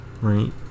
right